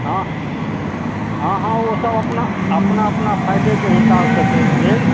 हँ हँ हँ ओ सब अपना अपना अपना फायदे के हिसाब सँ गेल